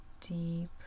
deep